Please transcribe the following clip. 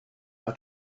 our